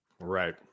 right